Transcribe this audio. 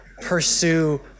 pursue